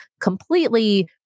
completely